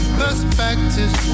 perspectives